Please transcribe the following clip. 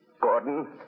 Gordon